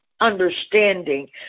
understanding